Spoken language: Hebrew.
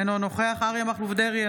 אינו נוכח אריה מכלוף דרעי,